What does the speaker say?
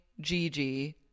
Gigi